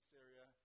Syria